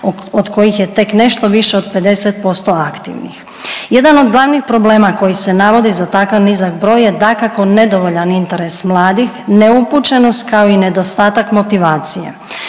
od kojih je tek nešto više od 50% aktivnih. Jedan od glavnih problema koji se navode za takav nizak broj je dakako, nedovoljan interes mladih, neupućenost, kao i nedostatak motivacije.